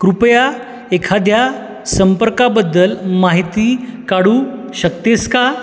कृपया एखाद्या संपर्काबद्दल माहिती काढू शकतेस का